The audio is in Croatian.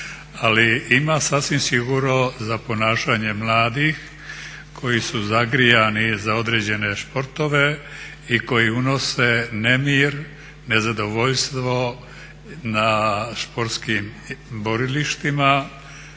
ali ima sasvim sigurno za ponašanje mladih koji su zagrijani za određene sportove i koji unose nemir, nezadovoljstvo na sportskim borilištima,